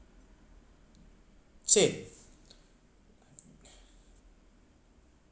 !chey!